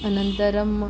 अनन्तरं